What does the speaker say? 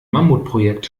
mammutprojekt